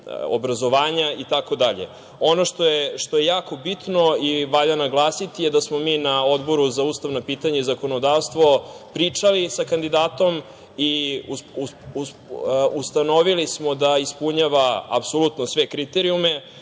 obrazovanja itd. Ono što je jako bitno i valja naglasiti jeste da smo mi na Odboru za ustavna pitanja i zakonodavstvo pričali sa kandidatom i ustanovili smo da ispunjava apsolutno sve kriterijume,